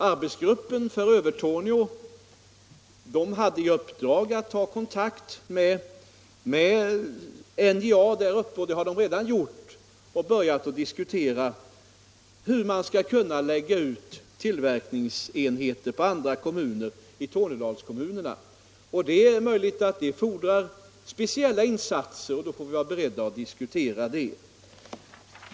Arbetsgruppen för Övertorneå hade i uppdrag att ta kontakt med NJA där uppe. Det har gruppen redan gjort och börjat diskutera hur man skall kunna lägga ut tillverkningsenheter på andra håll i Tornedalskommunerna. Det är möjligt att det fordrar speciella insatser, och då får vi vara beredda att diskutera den frågan.